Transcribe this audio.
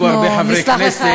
בגלל שיש פה הרבה חברי כנסת.